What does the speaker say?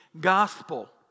gospel